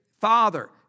Father